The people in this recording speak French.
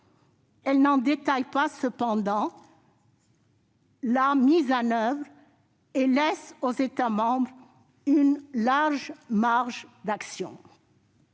Elle n'en détaille cependant pas la mise en oeuvre et laisse aux États membres une large marge d'action.